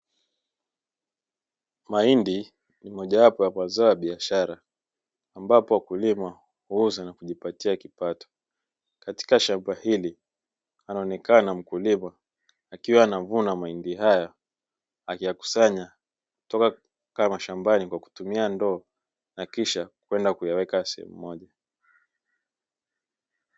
Mahindi ni mojawapo ya mazao ya biashara, ambapo wakulima huuza na kujipatia kipato. Katika shamba hili anaonekana mkulima akiwa anavuna mahindi haya, akiyakusanya toka mashambani kwa kutumia ndoo na kisha kwenda kuyaweka sehemu moja.